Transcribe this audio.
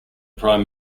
prime